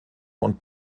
und